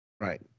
Right